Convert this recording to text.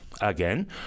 Again